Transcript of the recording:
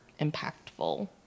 impactful